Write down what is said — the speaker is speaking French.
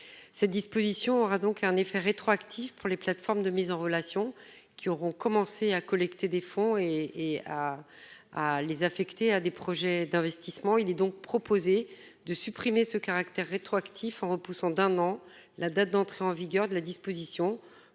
Cette disposition aura donc un effet rétroactif pour les plateformes de mise en relation qui auront commencé à collecter des fonds et et à. Ah les affecter à des projets d'investissement. Il est donc proposé de supprimer ce caractère rétroactif en repoussant d'un an, la date d'entrée en vigueur de la disposition